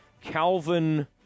Calvin